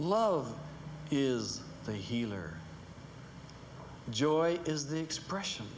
love is the healer joy is the expression